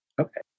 Okay